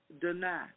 deny